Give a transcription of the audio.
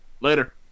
Later